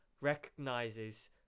recognizes